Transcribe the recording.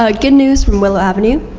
ah good news from willow avenue.